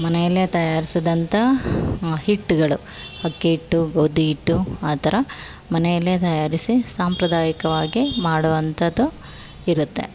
ಮನೆಯಲ್ಲೇ ತಯಾರಿಸಿದಂಥ ಹಿಟ್ಟುಗಳು ಅಕ್ಕಿ ಹಿಟ್ಟು ಗೋಧಿ ಹಿಟ್ಟು ಆ ಥರ ಮನೆಯಲ್ಲೇ ತಯಾರಿಸಿ ಸಾಂಪ್ರದಾಯಿಕವಾಗಿ ಮಾಡುವಂಥದ್ದು ಇರುತ್ತೆ